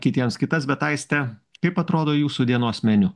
kitiems kitas bet aiste kaip atrodo jūsų dienos meniu